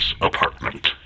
apartment